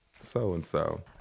so-and-so